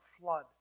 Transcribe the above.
flood